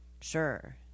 Sure